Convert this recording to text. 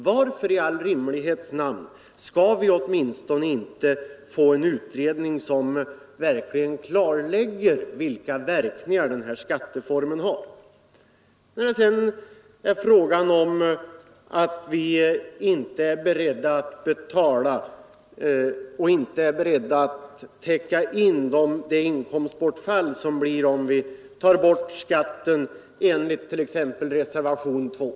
Varför i all rimlighets namn skall vi inte åtminstone få en utredning som verkligen klarlägger vilka verkningar den här skatteformen har? Sedan var det frågan om att vi inte är beredda att betala och teckna in det inkomstbortfall som blir följden om vi tar bort skatten enligt t.ex. reservationen 2.